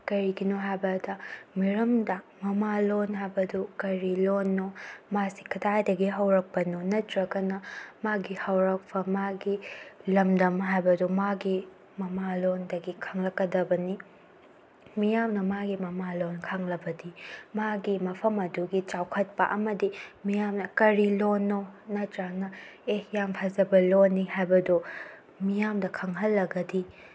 ꯀꯔꯤꯒꯤꯅꯣ ꯍꯥꯏꯕꯗ ꯃꯤꯔꯝꯗ ꯃꯃꯥꯂꯣꯟ ꯍꯥꯏꯕꯗꯨ ꯀꯔꯤ ꯂꯣꯟꯅꯣ ꯃꯥꯁꯤ ꯀꯗꯥꯏꯗꯒꯤ ꯍꯧꯔꯛꯄꯅꯣ ꯅꯠꯇ꯭ꯔꯒꯅ ꯃꯥꯒꯤ ꯍꯧꯔꯛꯄ ꯃꯥꯒꯤ ꯂꯝꯗꯝ ꯍꯥꯏꯕꯗꯨ ꯃꯥꯒꯤ ꯃꯃꯥꯂꯣꯟꯗꯒꯤ ꯈꯪꯂꯛꯀꯗꯕꯅꯤ ꯃꯤꯌꯥꯝꯅ ꯃꯥꯒꯤ ꯃꯃꯥꯂꯣꯟ ꯈꯪꯂꯕꯗꯤ ꯃꯥꯒꯤ ꯃꯐꯝ ꯑꯗꯨꯒꯤ ꯆꯥꯎꯈꯠꯄ ꯑꯃꯗꯤ ꯃꯤꯌꯥꯝꯅ ꯀꯔꯤ ꯂꯣꯟꯅꯣ ꯅꯠꯇ꯭ꯔꯒꯅ ꯑꯦ ꯌꯥꯝ ꯐꯖꯕ ꯂꯣꯟꯅꯤ ꯍꯥꯏꯕꯗꯨ ꯃꯤꯌꯥꯝꯗ ꯈꯪꯍꯜꯂꯒꯗꯤ